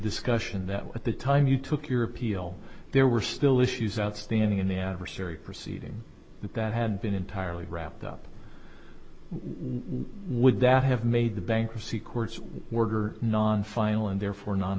discussion that at the time you took your appeal there were still issues outstanding in the adversary proceeding that that had been entirely wrapped up would that have made the bankruptcy courts work or non final and therefore not